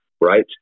right